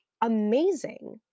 amazing